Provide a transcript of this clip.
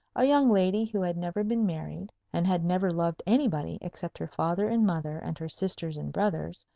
a young lady who had never been married, and had never loved anybody except her father and mother and her sisters and brothers,